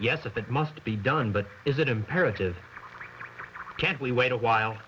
yes if it must be done but is it imperative can't we wait a while